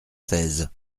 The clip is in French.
seize